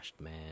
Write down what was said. man